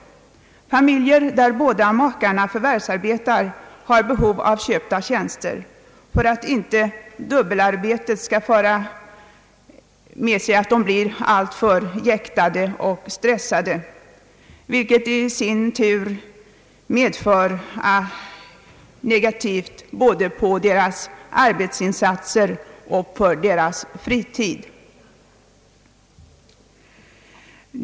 Familjer där båda makarna förvärvsarbetar behöver köpta tjänster för att inte dubbelarbetet skall leda till att de blir alltför jäktade och stressade, vilket i sin tur inverkar negativt både på deras arbetsinsatser och på deras fritid.